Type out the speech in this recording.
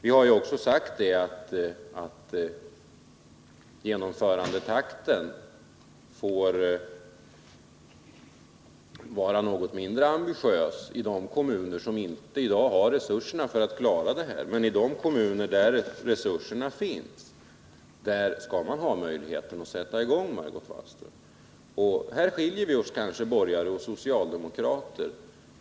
Vi har också sagt att genomförandetakten får vara något mindre ambitiös i de kommuner som inte har tillräckliga resurser för att klara det här, men i de kommuner där resurserna finns skall man ha möjlighet att sätta i gång, Margot Wallström. Här skiljer vi oss från er socialdemokrater.